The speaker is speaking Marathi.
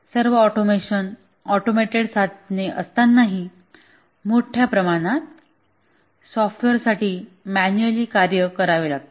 सर्व ऑटोमेशन ऑटोमेटेड साधने असतानाही मोठ्या प्रमाणात सॉफ्टवेअर साठी मॅन्युअल कार्य करावे लागते